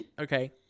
Okay